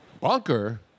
Bunker